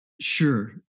sure